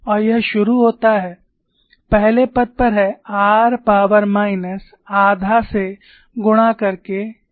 और यह शुरू होता है पहले पद पर है r पॉवर माइनस आधा से गुणा करके c11 से